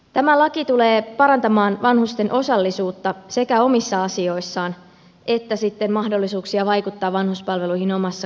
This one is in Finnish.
tämä laki tulee parantamaan vanhusten osallisuutta sekä omissa asioissaan että mahdollisuuksia vaikuttaa vanhuspalveluihin omassa kunnassa